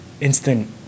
instant